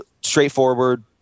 straightforward